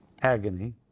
Agony